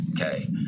okay